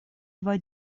два